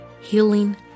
healing